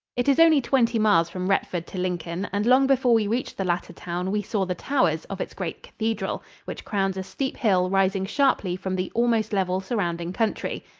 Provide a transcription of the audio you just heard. it is only twenty miles from retford to lincoln, and long before we reached the latter town we saw the towers of its great cathedral, which crowns a steep hill rising sharply from the almost level surrounding country.